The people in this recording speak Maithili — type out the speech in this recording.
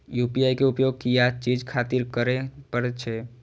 यू.पी.आई के उपयोग किया चीज खातिर करें परे छे?